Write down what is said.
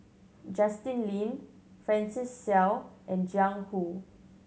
Justin Lean Francis Seow and Jiang Hu